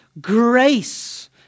grace